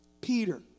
Peter